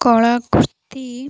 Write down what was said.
କଳାକୃର୍ତ୍ତି